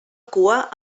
cua